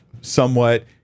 somewhat